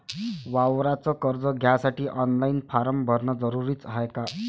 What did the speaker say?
वावराच कर्ज घ्यासाठी ऑनलाईन फारम भरन जरुरीच हाय का?